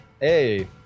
hey